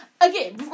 again